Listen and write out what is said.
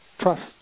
trust